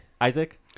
Isaac